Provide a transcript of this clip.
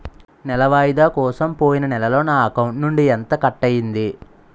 నెల వాయిదా కోసం పోయిన నెలలో నా అకౌంట్ నుండి ఎంత కట్ అయ్యింది?